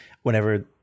whenever